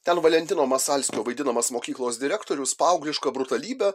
ten valentino masalskio vaidinamas mokyklos direktorius paauglišką brutalybę